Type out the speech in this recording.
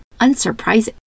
unsurprising